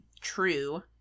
true